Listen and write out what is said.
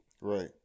right